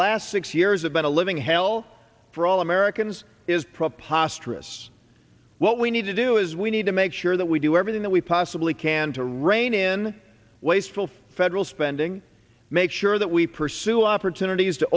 last six years have been a living hell for all americans is preposterous what we need to do is we need to make sure that we do everything that we possibly can to rein in wasteful federal spending make sure that we pursue opportunities to